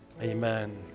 Amen